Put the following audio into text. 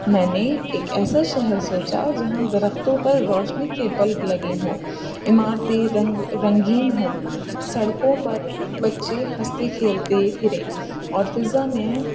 میں نے ایک ایسا شہر سوچا جہاں درختوں پر روشنی کے بلب لگے ہوں عمارتیں رنگ رنگین ہوں سڑکوں پر بچے ہنستے کھیلتے پھریں اور فضا میں